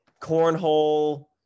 cornhole